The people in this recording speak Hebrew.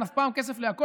אף פעם אין כסף לכול,